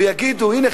ויגידו: הנה,